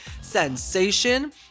Sensation